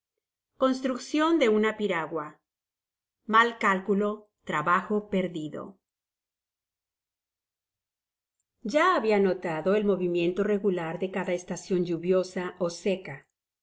una piragua mal cálculo trabajo perdido ya habia notado el movimiento regular de cada estacion lluviosa ó seca